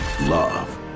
Love